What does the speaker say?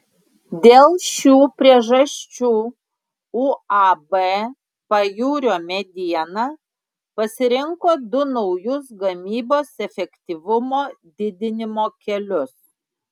dėl šių priežasčių uab pajūrio mediena pasirinko du naujus gamybos efektyvumo didinimo kelius